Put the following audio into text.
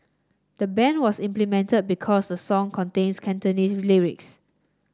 the ban was implemented because the song contains Cantonese lyrics